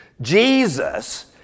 Jesus